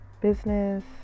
business